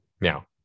Now